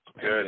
good